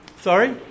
sorry